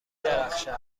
درخشد